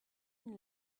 une